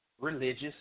religious